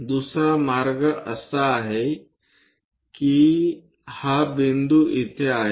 दुसरा मार्ग असा आहे कि हा बिंदू इथे आहे